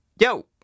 Yo